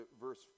verse